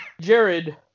Jared